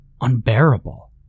unbearable